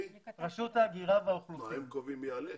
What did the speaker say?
הם קובעים מי יעלה?